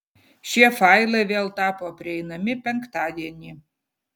šie failai vėl tapo prieinami penktadienį